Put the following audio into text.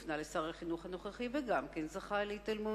הופנה לשר החינוך הנוכחי, וגם כן זכה להתעלמות.